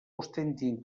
ostentin